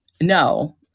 no